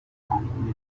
آنگونه